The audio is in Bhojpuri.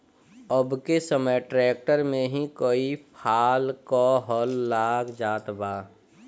अब के समय ट्रैक्टर में ही कई फाल क हल लाग जात बा